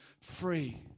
free